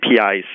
APIs